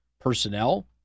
personnel